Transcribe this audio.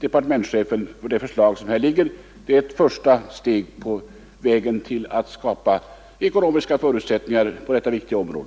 departementschefen för det förslag som här föreligger. Det är — jag upprepar det — ett första steg på vägen till att skapa ekonomiska förutsättningar på detta viktiga område.